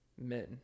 men